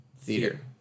theater